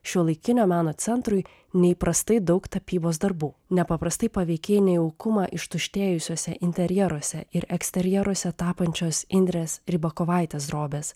šiuolaikinio meno centrui neįprastai daug tapybos darbų nepaprastai paveiki į nejaukumą ištuštėjusiuose interjeruose ir eksterjeruose tapančios indrės ribakovaitės drobės